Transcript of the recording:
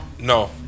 No